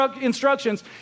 instructions